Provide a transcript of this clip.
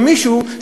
או למישהו,